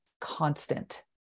constant